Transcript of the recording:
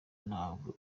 ntabwo